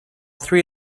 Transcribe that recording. three